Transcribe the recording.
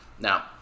now